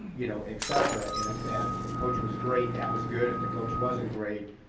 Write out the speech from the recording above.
you know, et cetera, and if that coach was great, that was good, if the coach wasn't great,